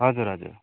हजुर हजुर